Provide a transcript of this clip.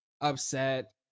upset